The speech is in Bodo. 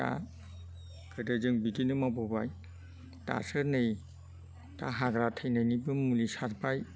दा गोदो जों बिदिनो मावबोबाय दासो नै दा हाग्रा थैनायनिबो मुलि सारबाय